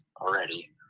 already